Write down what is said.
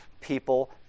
people